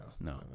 no